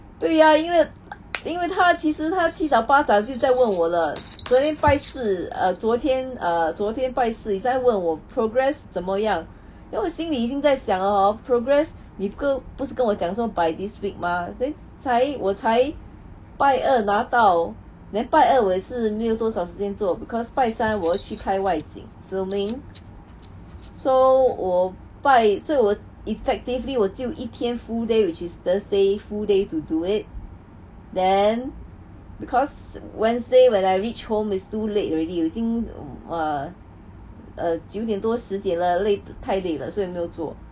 对呀因为因为他其实他七早八早就在问我了昨天拜四 err 昨天 err 昨天拜四也在问我 progress 怎么样 then 我心里已经在想 hor progress 你跟不是跟我讲 by this week mah then 才我才拜二拿到 then 拜二我也是没有多少时间做 because 拜三我要去拍外景 filming so 我拜所以我 effectively 我只有一天 full day which is thursday full day to do it then because wednesday when I reached home is too late already think err err 九点多十点了累太累了所以没有做